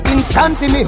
Instantly